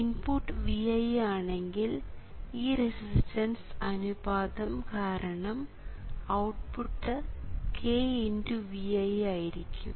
input Vi ആണെങ്കിൽ ഈ resistance അനുപാതം കാരണം ഔട്ട്പുട്ട് kVi ആയിരിക്കും